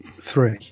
Three